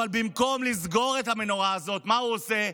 אבל במקום לסגור את הנורה הזאת, מה הוא עושה?